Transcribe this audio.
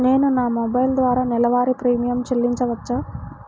నేను నా మొబైల్ ద్వారా నెలవారీ ప్రీమియం చెల్లించవచ్చా?